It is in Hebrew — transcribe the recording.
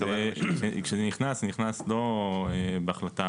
כשזה נכנס,